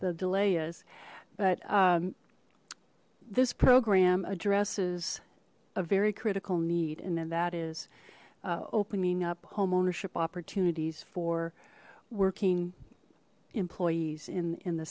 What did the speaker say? the delay is but this program addresses a very critical need and that is opening up homeownership opportunities for working employees in in the